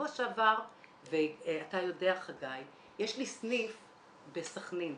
לי סניף בסח'נין.